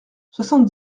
soixante